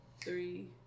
three